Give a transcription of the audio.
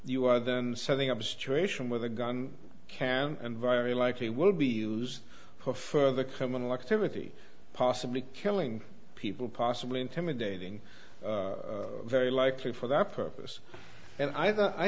you are then setting up a situation where the gun can and very likely will be used for further criminal activity possibly killing people possibly intimidating very likely for that purpose and i